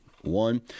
one